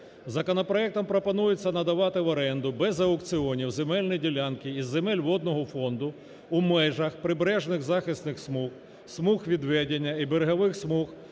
Законопроектом пропонується надавати в оренду без аукціонів земельні ділянки із земель водного фонду у межах прибережних захисних смуг, смуг відведення і берегових смуг,